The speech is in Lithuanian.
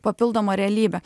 papildomą realybę